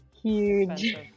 huge